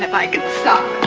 i can stop.